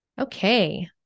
Okay